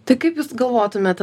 tai kaip jūs galvotumėt